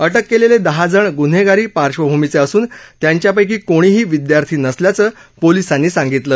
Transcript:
अटक केलेले दहा जण ग्न्हेगारी पार्श्वभूमीचे असून त्यांच्यापैकी कोणीही विद्यार्थी नसल्याचं पोलिसांनी सांगितलं